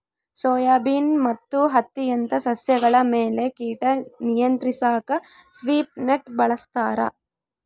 soybean ಮತ್ತು ಹತ್ತಿಯಂತ ಸಸ್ಯಗಳ ಮೇಲೆ ಕೀಟ ನಿಯಂತ್ರಿಸಾಕ ಸ್ವೀಪ್ ನೆಟ್ ಬಳಸ್ತಾರ